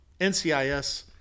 NCIS